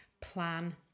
plan